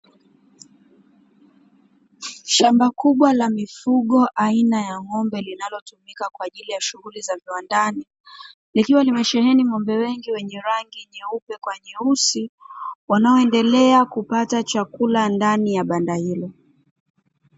Shamba kubwa la mifugo aina ya ng'ombe linalotumika kwa ajili ya shughuli za viwandani likiwa limesheheni nguzo wengi wenye rangi nyeupe kwa nyeusi wanaoendelea kupata chakula ndani ya banda hilo.